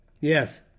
Yes